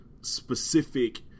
specific